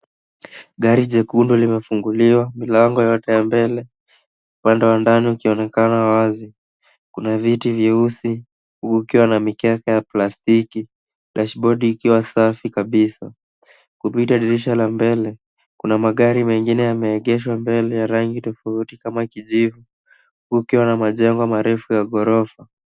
Gari jekundu limefunguliwa milango yote ya mbele, upande wa nyuma ukionekana wazi. Kuna viti vyeusi kukiwa na mikeka ya plastiki dashibodi ikiwa safi kabisa. Kupita dirisha la mbele, kuna magari mengine yameegeshwa mbele ya rangi tofauti kama kijivu kukiwa na majengo marefu ya ghorofa.